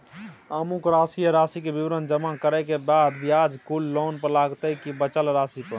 अमुक राशि आ राशि के विवरण जमा करै के बाद ब्याज कुल लोन पर लगतै की बचल राशि पर?